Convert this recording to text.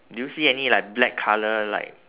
do you see any like black colour like